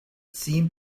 seemed